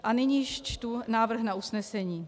A nyní již čtu návrh na usnesení.